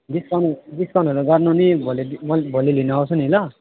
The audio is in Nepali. डिस्काउन्ट डिस्काउन्टहरू गर्नु नि भोलि म भोलि लिन आउँछु नि ल